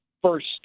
First